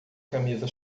camisa